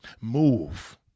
Move